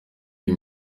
iyi